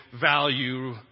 value